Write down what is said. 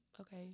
Okay